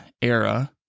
era